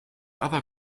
other